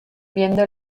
viendo